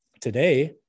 today